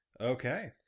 Okay